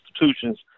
institutions